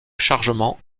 chargement